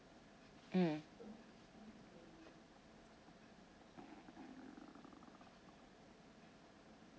mm